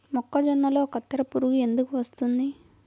మొక్కజొన్నలో కత్తెర పురుగు ఎందుకు వస్తుంది?